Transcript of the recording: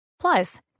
Plus